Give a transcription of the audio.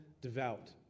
devout